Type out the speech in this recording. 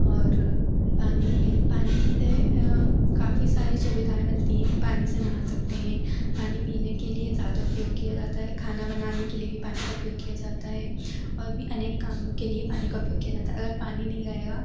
और पानी पानी से काफ़ी सारी सुविधाएँ मिलती हैं पानी से नहा सकते हें पानी पीने के लिए ज़्यादा उपयोग किया जाता है खाना बनाने के लिए भी पानी का उपयोग किया जाता है और भी अनेक कामों के लिए पानी का उपयोग किया जाता है अगर पानी नहीं रहेगा